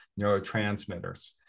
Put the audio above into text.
neurotransmitters